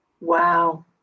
wow